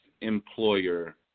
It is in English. employer